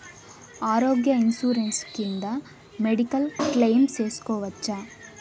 ఆరోగ్య ఇన్సూరెన్సు కింద medical claim సేసుకోవచ్చా?